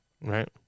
right